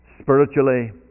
spiritually